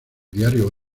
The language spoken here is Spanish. diario